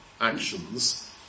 actions